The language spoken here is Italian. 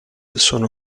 sono